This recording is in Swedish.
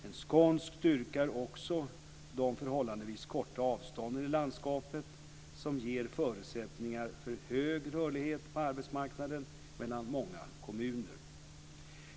En skånsk styrka är också de förhållandevis korta avstånden i landskapet som ger förutsättningar för hög rörlighet på arbetsmarknaden mellan många kommuner.